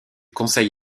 conseil